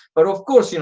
but, of course, you know